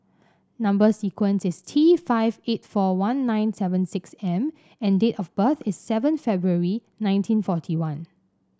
number sequence is T five eight four one nine seven six M and date of birth is seven February nineteen forty one